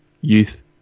youth